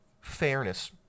fairness